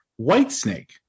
Whitesnake